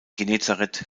genezareth